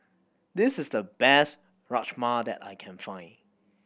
this is the best Rajma that I can find